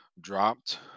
dropped